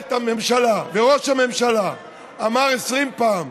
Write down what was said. אומרת הממשלה וראש הממשלה אמר 20 פעם: